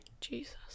Jesus